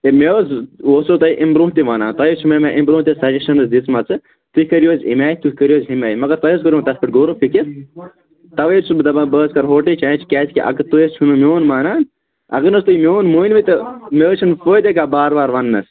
ہے مےٚ حظ اوسوٕ تۄہہِ اَیٚمہِ برٛونٛہہ تہِ وَنان تۄہہِ حظ چھِ مےٚ اَمہِ برٛونٛہہ تہِ سَجَشَنٕز دِژمَژٕ تُہۍ کٔرِو حظ اَمہِ آیہِ تُہۍ کٔرِو حظ ہُمہِ آیہِ مگر تۅہہِ حظ کوٚروٕ نہٕ تَتھ پٮ۪ٹھ غورو فِکِر تَوَے حظ چھُس بہٕ دَپان بہٕ حظ کَرٕ ہوٹلٕے چینج کیٛازِکہِ اَگر تُہۍ حظ چھِو نہٕ میٛون مانان اَگر نہٕ حظ تُہۍ میٛون مٲنِوٕے تہٕ مےٚ حظ چھُنہٕ فٲیِدٕے کانٛہہ بار بار وَننَس